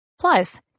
Plus